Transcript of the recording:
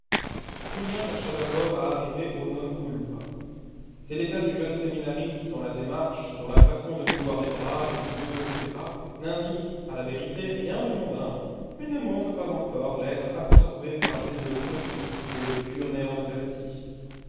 julien chercha d'abord à arriver au non culpa c'est l'état du jeune séminariste dont la démarche dont la façon de mouvoir les bras les yeux etc n'indiquent à la vérité rien de mondain mais ne montrent pas encore l'être absorbé par l'idée de l'autre vie et le pur néant de celle-ci